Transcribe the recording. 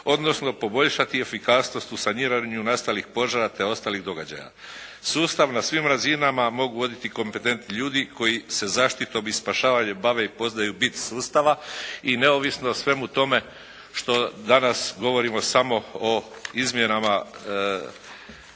odnosno poboljšati efikasnost u saniranju nastalih požara te ostalih događaja. Sustav na svim razinama mogu voditi kompetentni ljudi koji se zaštitom i spašavanjem bave i poznaju bit sustava i neovisno o svemu tome što danas govorimo samo o izmjenama